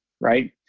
Right